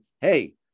hey